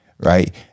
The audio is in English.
right